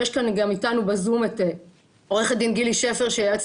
ויש איתנו בזום את עו"ד גילי שפר שהיא היועצת